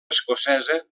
escocesa